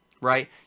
right